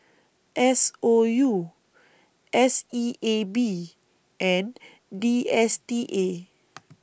S O U S E A B and D S T A